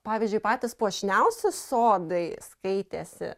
pavyzdžiui patys puošniausi sodai skaitėsi